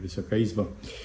Wysoka Izbo!